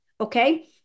Okay